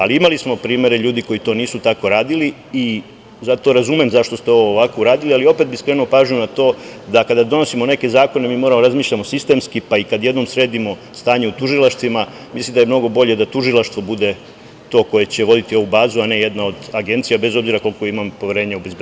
Ali, imali smo primere ljudi koji to nisu tako radili i zato razumem zašto ste ovo ovako uradili, ali opet bih skrenuo pažnju na to da kada donosimo neke zakone, mi moramo da razmišljamo sistemski, pa i kad jednom sredimo stanje u tužilaštvima, mislim da je mnogo bolje da tužilaštvo bude to koje će voditi ovu bazu, a ne jedna od agencija, bez obzira koliko imam poverenja u BIA.